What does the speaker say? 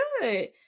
good